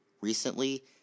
recently